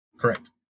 Correct